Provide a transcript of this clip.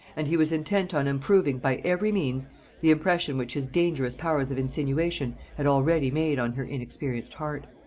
and he was intent on improving by every means the impression which his dangerous powers of insinuation had already made on her inexperienced heart.